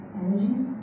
energies